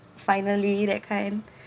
finally that kind